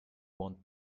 want